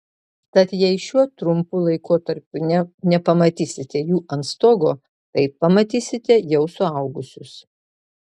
tad jei šiuo trumpu laikotarpiu nepamatysite jų ant stogo tai pamatysite jau suaugusius